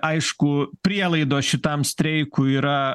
aišku prielaidos šitam streikui yra